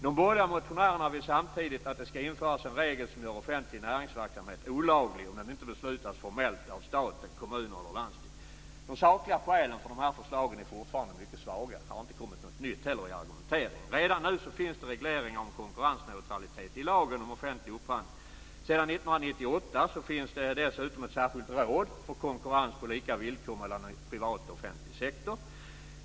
De borgerliga motionärerna vill samtidigt att det ska införas en regel som gör offentlig näringsverksamhet olaglig om den inte beslutas formellt av staten, kommuner eller landsting. De sakliga skälen för förslagen är mycket svaga. Det har inte kommit någonting nytt i argumenteringen. Redan nu finns regleringar om konkurrensneutralitet i lagen om offentlig upphandling. Sedan 1998 finns dessutom ett särskilt råd för konkurrens på lika villkor mellan privat och offentlig sektor.